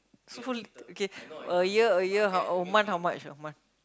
so little okay a year a year how a month how much a month